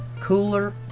cooler